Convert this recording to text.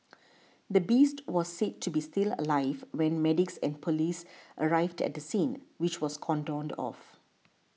the beast was said to be still alive when medics and police arrived at the scene which was cordoned off